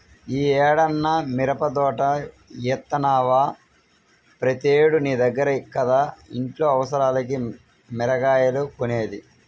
యీ ఏడన్నా మిరపదోట యేత్తన్నవా, ప్రతేడూ నీ దగ్గర కదా ఇంట్లో అవసరాలకి మిరగాయలు కొనేది